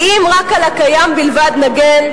כי אם רק על הקיים בלבד נגן,